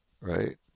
right